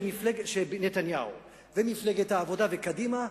כשנתניהו ומפלגת העבודה וקדימה,